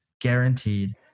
guaranteed